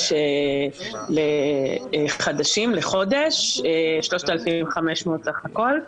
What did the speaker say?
שקלים חדשים לחודש, 3,500 בסך הכול.